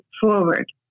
forward